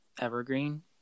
Evergreen